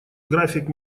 график